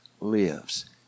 lives